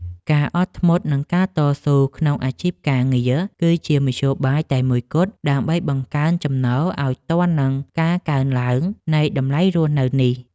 ការអត់ធ្មត់និងការតស៊ូក្នុងអាជីពការងារ គឺជាមធ្យោបាយតែមួយគត់ដើម្បីបង្កើនចំណូលឱ្យទាន់នឹងការកើនឡើងនៃតម្លៃរស់នៅនេះ។